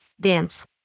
dance